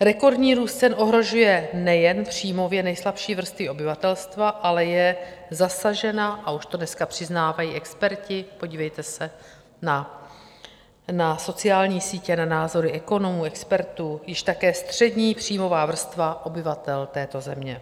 Rekordní růst cen ohrožuje nejen příjmově nejslabší vrstvy obyvatelstva, ale je zasažena a už to dneska přiznávají i experti, podívejte se na sociální sítě, na názory ekonomů, expertů již také střední příjmová vrstva obyvatel této země.